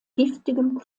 giftigem